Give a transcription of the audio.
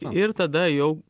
ir tada jau